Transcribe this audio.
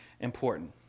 important